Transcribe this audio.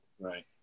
Right